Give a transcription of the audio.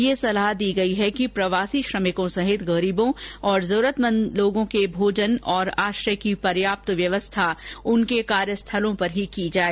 यह सलाह दी गई है कि प्रवासी श्रमिकों सहित गरीबों और जरूरतमंद लोगों के भोजन और आश्रय की पर्याप्त व्यवस्था उनके कार्यस्थलों पर ही की जाए